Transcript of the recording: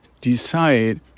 decide